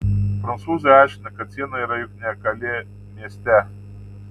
prancūzai aiškina kad siena yra juk ne kalė mieste